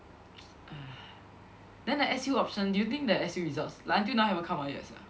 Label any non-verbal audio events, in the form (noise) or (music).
(noise) (breath) then the S_U option do you think that S_U results like until now haven't come out yet sia